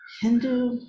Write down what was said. Hindu